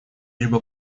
либо